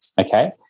Okay